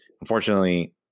unfortunately